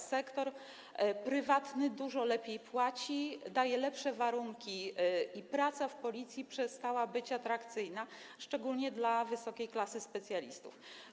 Sektor prywatny dużo lepiej płaci, daje lepsze warunki i praca w Policji przestała być atrakcyjna, szczególnie dla wysokiej klasy specjalistów.